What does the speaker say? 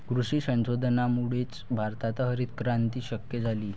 कृषी संशोधनामुळेच भारतात हरितक्रांती शक्य झाली